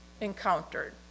encountered